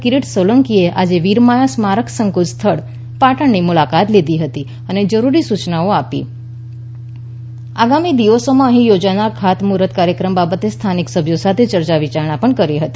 કિરીટ સોલંકીએ આજે વિરમાયા સ્મારક સંકુલ સ્થળ પાટણની મુલાકાત લીધી હતી અને જરૂરી સૂયનાઓ આપી આગામી દિવસોમાં અહીં યોજાનાર ખાતમુહૂર્ત કાર્યક્રમ બાબતે સ્થાનિક સભ્યો સાથે ચર્ચા વિચારણા કરી હતી